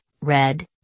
red